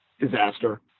Disaster